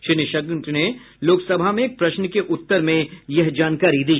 श्री निशंक ने लोकसभा में एक प्रश्न के उत्तर में यह जानकारी दी